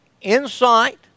insight